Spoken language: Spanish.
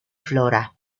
flora